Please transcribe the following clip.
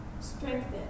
Strengthen